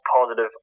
positive